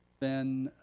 then